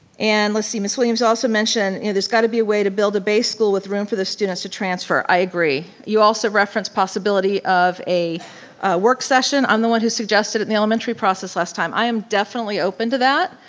and let's see, ms. williams also mentioned, you know there's gotta be a way to build a base school with room for the students to transfer. i agree. you also referenced possibility of a work session. i'm the one who suggested it in the elementary process last time. i am definitely open to that.